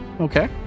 Okay